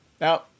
Now